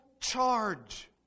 charge